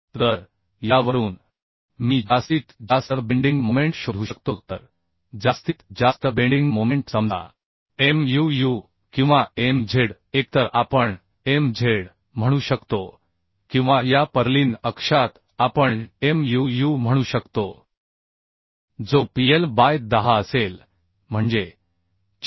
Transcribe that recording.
तर यावरून मी जास्तीत जास्त बेंडिंग मोमेंट शोधू शकतो तर जास्तीत जास्त बेंडिंग मोमेंट समजा Muu किंवा Mz एकतर आपणMz म्हणू शकतो किंवा या पर्लिन अक्षात आपण Muu म्हणू शकतो जो PL बाय 10 असेल म्हणजे 4941